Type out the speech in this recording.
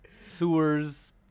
Sewers